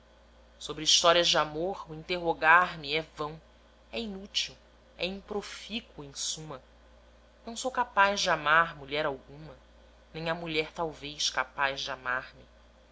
sobre histórias de amor o interrogar me é vão é inútil é improfícuo em suma não sou capaz de amar mulher alguma nem há mulher talvez capaz de amar-me